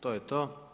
To je to.